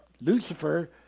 Lucifer